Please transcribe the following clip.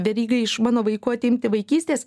veryga iš mano vaikų atimti vaikystės